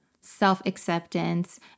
self-acceptance